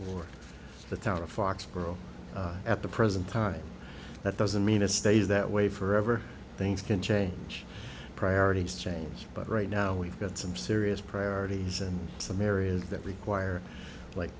for the town of foxborough at the present time that doesn't mean it stays that way forever things can change priorities change but right now we've got some serious priorities and some areas that require like